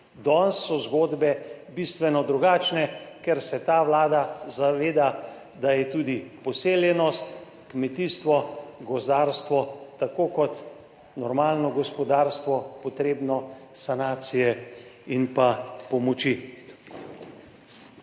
Danes so zgodbe bistveno drugačne, ker se ta vlada zaveda, da je tudi poseljenost, kmetijstvo, gozdarstvo tako kot normalno gospodarstvo potrebno sanacije in pa pomoči.